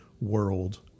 world